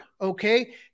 Okay